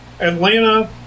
Atlanta